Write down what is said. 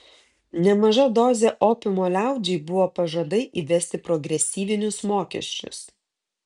nemaža dozė opiumo liaudžiai buvo pažadai įvesti progresyvinius mokesčius